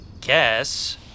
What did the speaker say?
guess